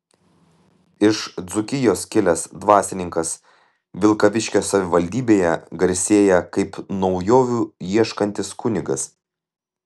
iš dzūkijos kilęs dvasininkas vilkaviškio savivaldybėje garsėja kaip naujovių ieškantis kunigas